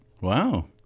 Wow